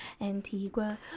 Antigua